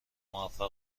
موفق